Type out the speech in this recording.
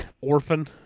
Orphan